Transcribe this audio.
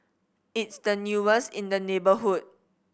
it's the newest in the neighbourhood